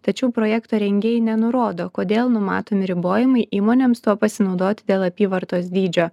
tačiau projekto rengėjai nenurodo kodėl numatomi ribojimai įmonėms tuo pasinaudoti dėl apyvartos dydžio